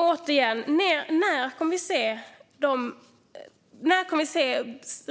Återigen: När kommer vi att få se